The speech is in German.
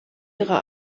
ihre